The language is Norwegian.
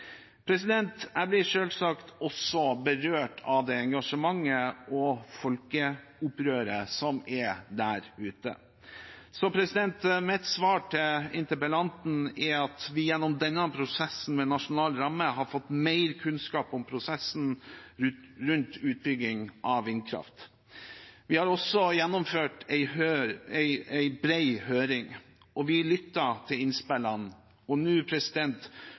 Jeg blir selvsagt også berørt av det engasjementet og folkeopprøret som er der ute. Så mitt svar til interpellanten er at vi gjennom denne prosessen med nasjonal ramme har fått mer kunnskap om prosessen rundt utbygging av vindkraft. Vi har også gjennomført en bred høring og vi lytter til innspillene. Og nå